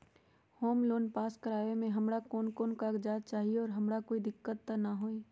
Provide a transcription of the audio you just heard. Loan pass करवावे में हमरा कौन कौन कागजात चाही और हमरा कोई दिक्कत त ना होतई?